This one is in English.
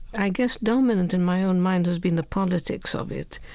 i guess dominant in my own mind has been the politics of it.